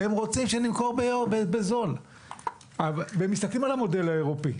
הם רוצים שנמכור בזול והם מסתכלים על המודל האירופי,